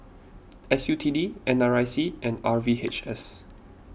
S U T D N R I C and R V H S